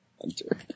Hunter